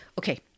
Okay